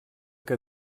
que